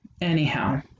anyhow